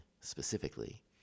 specifically